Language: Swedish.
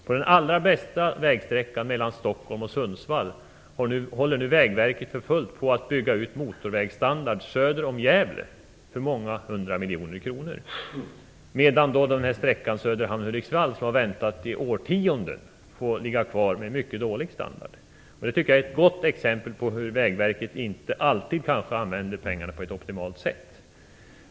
På den allra bästa vägsträckan mellan Stockholm och Sundsvall håller nu Vägverket för fullt på att bygga ut motorvägsstandard söder om Gävle för många hundra miljoner kronor, medan sträckan Söderhamn-Hudiksvall, som har väntat i årtionden, får ligga kvar med mycket dålig standard. Det tycker jag är ett gott exempel på att Vägverket inte alltid använder pengarna på ett optimalt sätt.